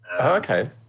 Okay